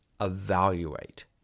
evaluate